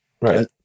Right